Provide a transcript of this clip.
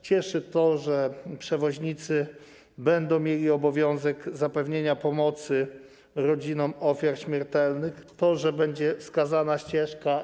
Cieszy to, że przewoźnicy będą mieli obowiązek zapewnienia pomocy rodzinom ofiar śmiertelnych, że będzie wskazana ścieżka.